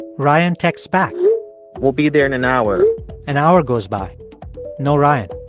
ryan texts back we'll be there in an hour an hour goes by no ryan.